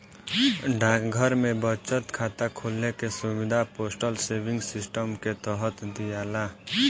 डाकघर में बचत खाता खोले के सुविधा पोस्टल सेविंग सिस्टम के तहत दियाला